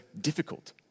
difficult